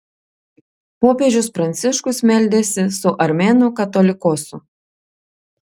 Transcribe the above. popiežius pranciškus meldėsi su armėnų katolikosu